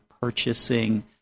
purchasing